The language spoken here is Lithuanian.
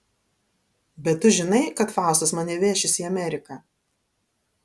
bet tu žinai kad faustas mane vešis į ameriką